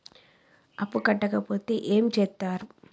అప్పు కట్టకపోతే ఏమి చేత్తరు?